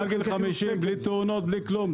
60% --- מעל גיל 50 בלי תאונות בלי כלום,